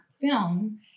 film